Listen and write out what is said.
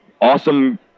awesome